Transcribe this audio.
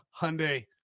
Hyundai